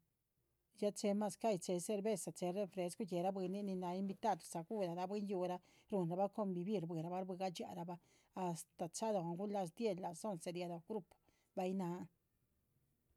Ya chee mazcahyi. Chehe cervezaa, chehe refrescuhu, gueraa bwinin, nin náha invitado, sagularah bwín yúhura, ruhunrabah convivir shbuira bah. shbui gadxiára bah astáh chalóhon gu las diez las once, rialóho grupo, bayih náha